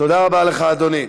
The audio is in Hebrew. תודה רבה לך, אדוני.